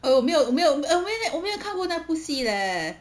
哦我没有没有 admit that 我没有看过那部戏 leh